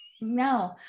no